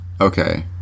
Okay